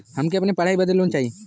हमके अपने पढ़ाई बदे लोन लो चाही?